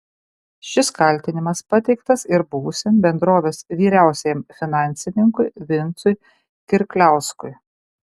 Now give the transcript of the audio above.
šis kaltinimas pateiktas ir buvusiam bendrovės vyriausiajam finansininkui vincui kirkliauskui